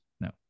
No